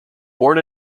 born